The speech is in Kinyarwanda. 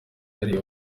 hari